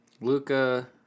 Luca